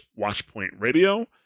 watchpointradio